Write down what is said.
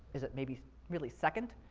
is it maybe really second?